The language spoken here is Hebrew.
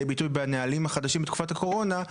ביטוי בנהלים החדשים בתקופת הקורונה,